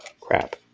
crap